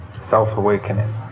self-awakening